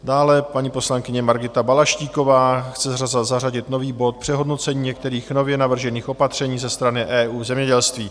Dále paní poslankyně Margita Balaštíková chce zařadit nový bod Přehodnocení některých nově navržených opatření ze strany EU v zemědělství.